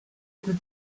plus